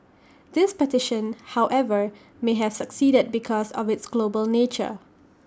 this petition however may have succeeded because of its global nature